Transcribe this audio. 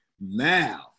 Now